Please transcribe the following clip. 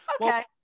okay